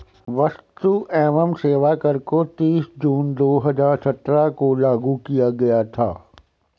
वस्तु एवं सेवा कर को तीस जून दो हजार सत्रह को लागू किया गया था